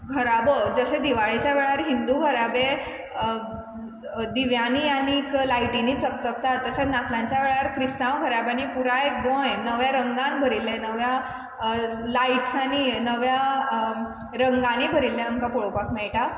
घराबो जशें दिवाळेच्या वेळार हिंदू घराबे दिव्यांनी आनीक लायटींनी चकचकतात तशें नातलांच्या वेळार क्रिस्तांव घराब्यांनी पुराय गोंय नवें रंगान भरिल्लें नव्या लायट्स आनी नव्या रंगांनी भरिल्लें आमकां पोळोपाक मेयटा